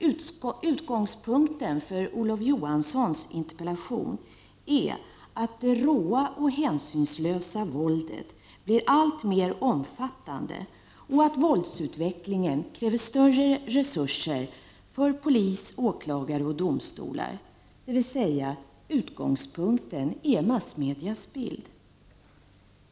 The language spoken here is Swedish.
Utgångspunkten för Olof Johanssons interpellation är att det råa och hänsynslösa våldet blir alltmer omfattande och att våldsutvecklingen kräver större resurser för poliser, åklagare och domstolar, dvs. utgångspunkten är massmedias bild.